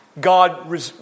God